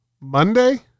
Monday